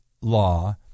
law